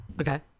okay